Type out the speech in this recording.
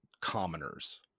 commoners